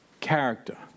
character